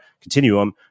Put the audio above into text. Continuum